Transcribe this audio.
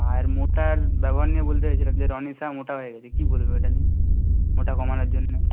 আর মোটার ব্যবহার নিয়ে বলতে চাইছিলাম যে রনিশা মোটা হয়ে গেছে কী বলবে ওটা নিয়ে মোটা কমানোর জন্যে